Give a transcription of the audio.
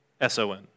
S-O-N